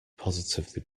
positively